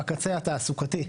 בקצה התעסוקתי.